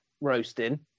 roasting